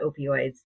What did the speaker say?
opioids